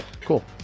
Cool